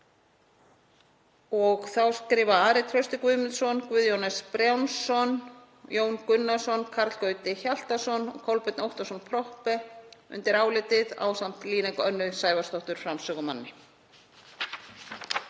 og þá skrifa Ari Trausti Guðmundsson, Guðjón S. Brjánsson, Jón Gunnarsson, Karl Gauti Hjaltason og Kolbeinn Óttarsson Proppé undir álitið ásamt Líneik Önnu Sævarsdóttur framsögumanni.